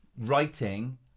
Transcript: writing